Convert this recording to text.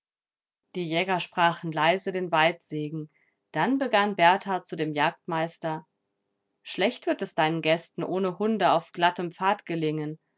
die jäger sprachen leise den weidsegen dann begann berthar zu dem jagdmeister schlecht wird es deinen gästen ohne hunde auf glattem pfad gelingen